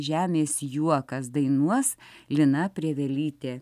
žemės juokas dainuos lina prievelytė